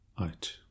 Out